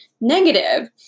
negative